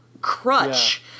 crutch